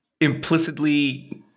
Implicitly